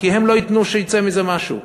כי הם לא ייתנו שיצא מזה משהו.